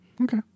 Okay